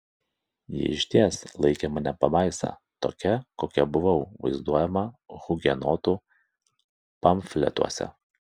ji išties laikė mane pabaisa tokia kokia buvau vaizduojama hugenotų pamfletuose